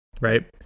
right